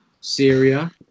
Syria